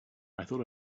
thought